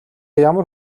ямар